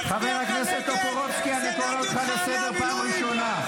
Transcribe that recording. מצביע נגד חיילי המילואים.